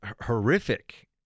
horrific